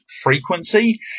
frequency